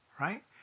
right